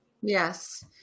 Yes